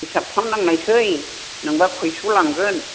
हिसाब खालामनांनायसै नोंब्ला खयस' लांगोन